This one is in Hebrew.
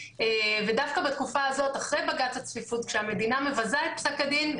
ודווקא בתקופה הזאת אחרי בג"ץ הצפיפות כשהמדינה מבזה את פסק הדין,